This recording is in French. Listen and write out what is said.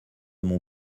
mon